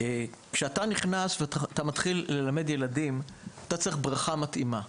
כשאתה מלמד ילדים, אתה צריך בריכה מתאימה.